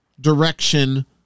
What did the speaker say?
direction